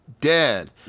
Dead